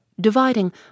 dividing